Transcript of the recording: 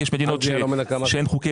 יש מדינות בהן אין חוקי